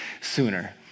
sooner